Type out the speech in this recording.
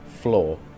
Floor